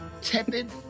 tepid